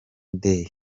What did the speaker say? day